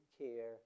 care